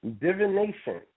Divination